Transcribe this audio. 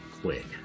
quick